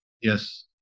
Yes